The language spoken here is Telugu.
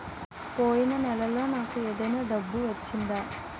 పోయిన నెలలో నాకు ఏదైనా డబ్బు వచ్చిందా?